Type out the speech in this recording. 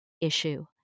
issue